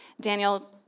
Daniel